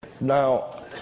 Now